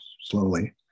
slowly